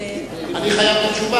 אני מסכימה,